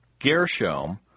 Gershom